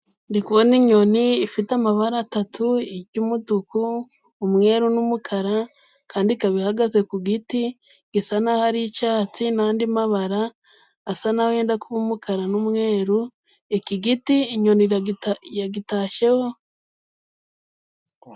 Ndikubona inyoni ifite amabara atatu y'umutuku, umweru n'umukara, kandi ikaba ihagaze ku giti, gisa naho ari icyatsi n'andi mabara asa naho ndikubona umukara n'umweruru. Iki giti inyoni yagitashyeho.